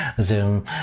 zoom